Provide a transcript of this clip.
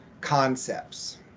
concepts